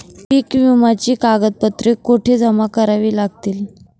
पीक विम्याची कागदपत्रे कुठे जमा करावी लागतील?